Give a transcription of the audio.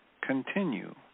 continue